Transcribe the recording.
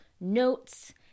notes